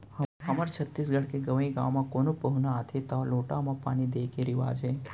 हमर छत्तीसगढ़ के गँवइ गाँव म कोनो पहुना आथें तौ लोटा म पानी दिये के रिवाज हे